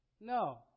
No